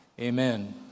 Amen